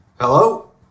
hello